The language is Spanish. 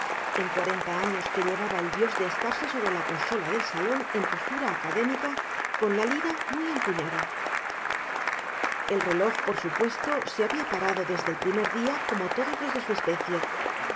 en cuarenta años que llevaba el dios de estarse sobre la consola del salón en postura académica con la lira muy empuñada el reloj por supuesto se había parado desde el primer día como todos los de su especie